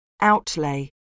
outlay